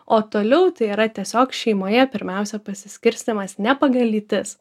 o toliau tai yra tiesiog šeimoje pirmiausia pasiskirstymas ne pagal lytis